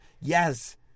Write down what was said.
Yes